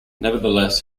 nevertheless